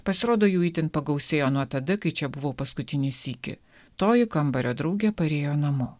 pasirodo jų itin pagausėjo nuo tada kai čia buvau paskutinį sykį toji kambario draugė parėjo namo